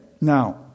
Now